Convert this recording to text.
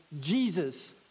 Jesus